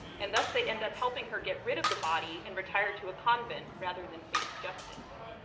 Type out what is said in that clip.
and thus, they end up helping her get rid of the body and retire to a convent, rather than face justice.